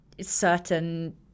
certain